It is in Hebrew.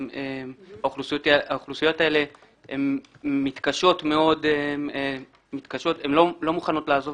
האוכלוסיות האלה מתקשות ולא מוכנות לעזוב